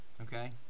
Okay